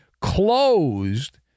closed